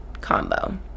combo